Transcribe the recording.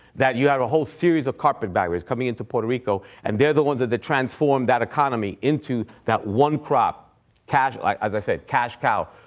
that you had a whole series of carpetbaggers coming into puerto rico and they're the ones that that transformed that economy into that one crop, like as i say, cash cow,